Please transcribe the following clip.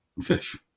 fish